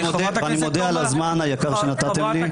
חה"כ תומא סלימאן --- ואני מודה על הזמן היקר שנתתם לי,